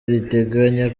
riteganya